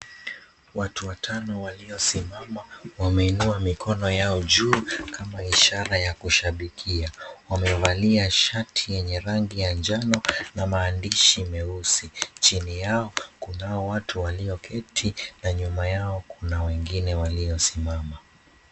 Watu watano waliosimama wameinua mikono yao juu kama ishara ya kushabikia. Wamevalia shati yenye rangi ya njano na maandishi meusi. Chini yao kunao watu walioketi na nyuma yao kuna wengine waliosimama.